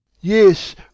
Yes